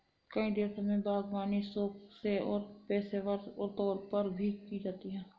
कई देशों में बागवानी शौक से और पेशेवर तौर पर भी की जाती है